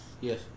Yes